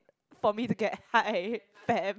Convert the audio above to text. for me to get high fam